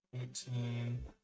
Eighteen